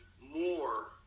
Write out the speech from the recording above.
more